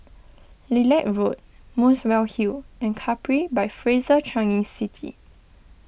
Lilac Road Muswell Hill and Capri by Fraser Changi City